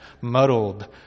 muddled